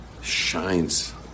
Shines